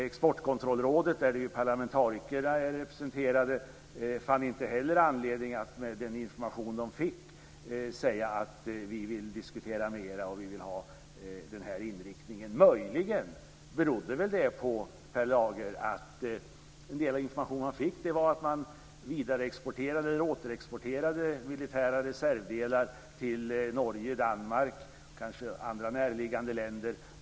Exportkontrollrådet, där parlamentariker är representerade, fann inte heller anledning att utifrån den information man fick diskutera mera om inriktningen. Möjligen berodde det på att den information man fick var att det handlade om återexport av militära reservdelar till Norge, Danmark och andra närliggande länder.